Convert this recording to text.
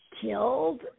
killed